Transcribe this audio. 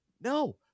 No